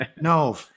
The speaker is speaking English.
no